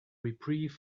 reprieve